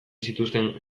zituzten